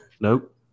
Nope